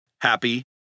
Happy